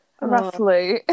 roughly